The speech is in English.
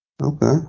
Okay